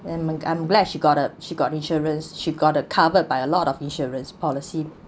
m~ I'm glad she got uh she got insurance she got a covered by a lot of insurance policy